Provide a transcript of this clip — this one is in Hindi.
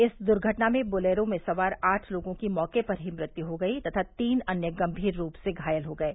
इस दुर्घटना में बोलेरो में सवार आठ लोगों की मौके पर ही मृत्यु हो गयी तथा तीन अन्य गम्भीर रूप से घायल हो गये